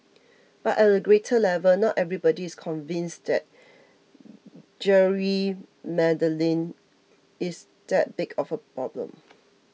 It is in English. but at a greater level not everybody is convinced that gerrymandering is that big of a problem